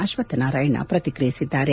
ಅಶ್ವತ್ಥನಾರಾಯಣ ಪ್ರತಿಕ್ರಿಯಿಸಿದ್ದಾರೆ